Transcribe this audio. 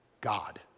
God